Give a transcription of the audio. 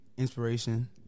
Inspiration